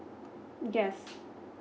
yes